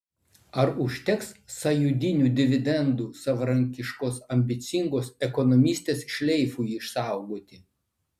ar užteks sąjūdinių dividendų savarankiškos ambicingos ekonomistės šleifui išsaugoti